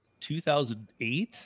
2008